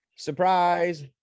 surprise